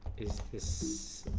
is this